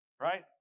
Right